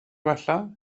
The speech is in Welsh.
gwella